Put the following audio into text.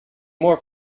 more